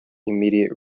immediate